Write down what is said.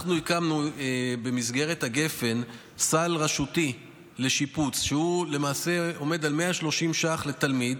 אנחנו הקמנו במסגרת הגפ"ן סל רשותי לשיפוץ שעומד על 130 ש"ח לתלמיד,